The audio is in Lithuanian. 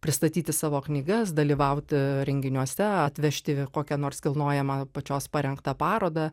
pristatyti savo knygas dalyvauti renginiuose atvežti kokią nors kilnojamą pačios parengtą parodą